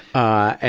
ah,